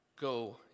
go